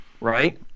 right